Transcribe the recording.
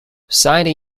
signed